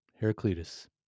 Heraclitus